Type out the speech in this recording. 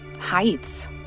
heights